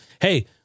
Hey